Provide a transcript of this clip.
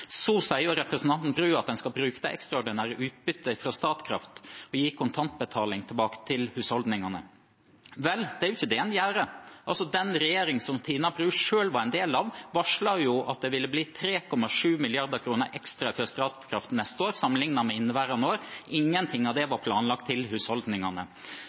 Så sier representanten Bru at man skal bruke det ekstraordinære utbyttet fra Statkraft og gi kontantbetaling tilbake til husholdningene. Vel, det er ikke det man gjør. Den regjeringen som Tina Bru selv var en del av, varslet at det ville bli 3,7 mrd. kr ekstra fra Statkraft neste år sammenliknet med inneværende år. Ingenting av det var planlagt til husholdningene.